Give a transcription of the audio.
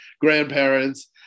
grandparents